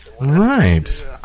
Right